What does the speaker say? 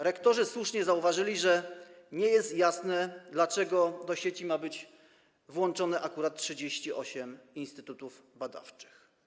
Rektorzy słusznie zauważyli, że nie jest jasne, dlaczego do sieci ma być włączone akurat 38 instytutów badawczych.